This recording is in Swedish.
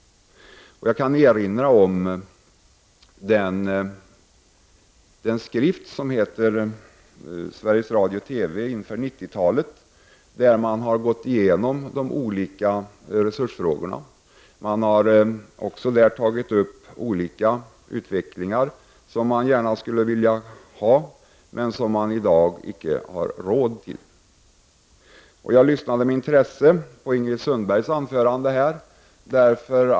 Jag kan erinra om den skrift som heter Sveriges Radio/TV inför 90-talet, i vilken man har gått igenom de olika resursfrågorna. Man har där tagit upp de olika utvecklingar som man skulle vilja se, men som man i dag icke har råd till. Jag lyssnade med intresse på Ingrid Sundbergs anförande.